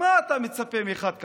מה אתה מצפה מאחד כמוני?